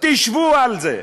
תשבו על זה.